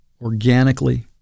organically